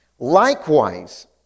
Likewise